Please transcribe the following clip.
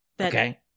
Okay